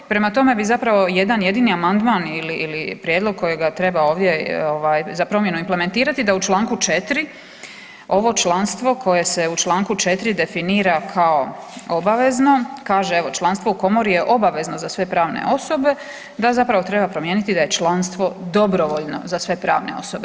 Prema tome bi zapravo jedan jedini amandman ili prijedlog kojega treba ovdje za promjenu implementirati da u članku 4. ovo članstvo koje se u članku 4. definira kao obvezno kaže evo: „Članstvo u komori je obavezno za sve pravne osobe“ da zapravo treba promijeniti da je članstvo dobrovoljno za sve pravne osobe.